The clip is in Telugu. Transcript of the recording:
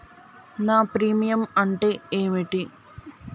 నా ప్రీమియం అంటే ఏమిటి?